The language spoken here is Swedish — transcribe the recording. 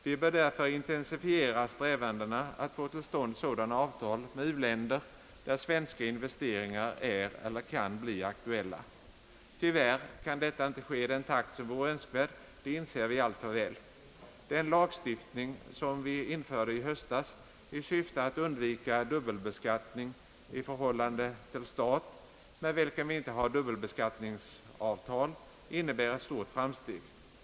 Vi bör därför intensifiera strävandena att få till stånd sådana avtal med u-länder, där svenska investeringar är eller kan bli aktuella. Tyvärr kan detta inte ske i den takt som vore önskvärd — det inser vi alltför väl. Den lagstiftning som vi införde i höstas i syfte att undvika dubbelbeskattning i förhållande till stat med vilken vi inte slutit dubbelbeskattningsavtal innebar ett stort framsteg.